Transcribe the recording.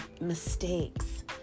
mistakes